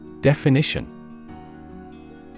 Definition